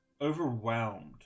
overwhelmed